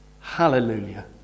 hallelujah